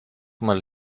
mal